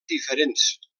diferents